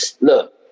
look